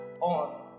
on